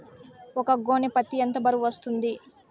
ఒక గోనె పత్తి ఎంత బరువు వస్తుంది?